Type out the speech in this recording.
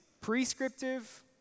prescriptive